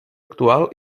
actual